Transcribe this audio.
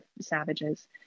savages